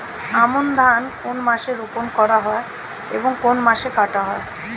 আমন ধান কোন মাসে রোপণ করা হয় এবং কোন মাসে কাটা হয়?